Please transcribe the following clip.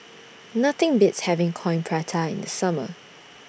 Nothing Beats having Coin Prata in The Summer